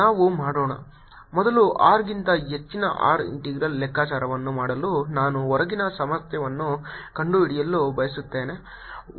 ನಾವು ಮಾಡೋಣ ಮೊದಲು R ಗಿಂತ ಹೆಚ್ಚಿನ ಆರ್ ಇಂಟೆಗ್ರಲ್ ಲೆಕ್ಕಾಚಾರವನ್ನು ಮಾಡಲು ನಾನು ಹೊರಗಿನ ಸಾಮರ್ಥ್ಯವನ್ನು ಕಂಡುಹಿಡಿಯಲು ಬಯಸುತ್ತೇನೆ